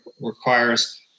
requires